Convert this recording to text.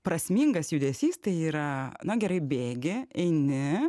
prasmingas judesys tai yra na gerai bėgi eini